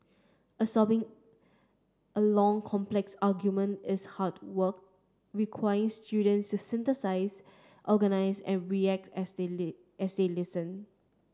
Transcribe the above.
absorbing a long complex argument is hard work require students to synthesise organise and react as they list as they listen